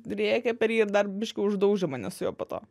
rėkė per jį ir dar biškį uždaužė mane su juo po to